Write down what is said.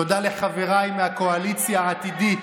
תודה לחבריי מהקואליציה העתידית,